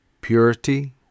Purity